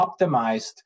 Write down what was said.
optimized